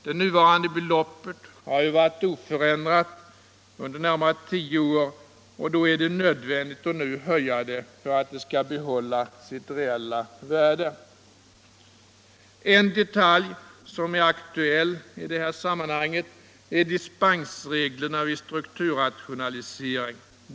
Det nuvarande beloppet har varit oförändrat under närmare tio år, och därför är det nödvändigt att nu höja det för att det skall behålla sitt reella värde. En detalj som är aktuell i det här sammanhanget är dispensreglerna vid strukturrationalisering.